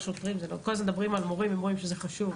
כל הזמן מדברים על מורים וזה חשוב,